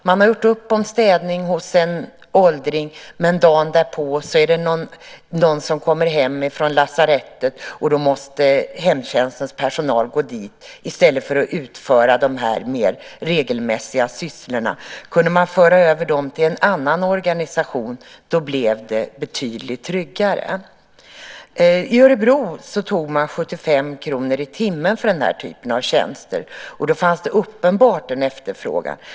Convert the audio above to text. Man har gjort upp om städning hos en åldring, men dagen därpå är det någon som kommer hem från lasarettet och då måste hemtjänstens personal gå dit i stället för att utföra de här mer regelmässiga sysslorna. Om man kunde föra över dem till en annan organisation skulle det bli betydligt tryggare. I Örebro tog man 75 kr i timmen för den här typen av tjänster. Då fanns det uppenbart en efterfrågan.